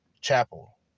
Chapel